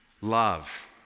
love